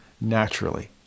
naturally